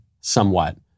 somewhat